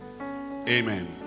Amen